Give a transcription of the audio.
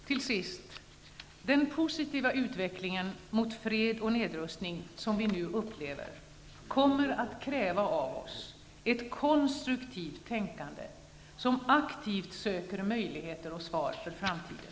Till sist: Den positiva utveckling mot fred och nedrustning som vi nu upplever kommer att kräva av oss ett konstruktivt tänkande, som aktivt söker möjligheter och svar för framtiden.